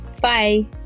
Bye